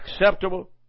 acceptable